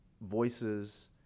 voices